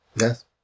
yes